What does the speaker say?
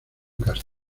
castro